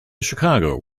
chicago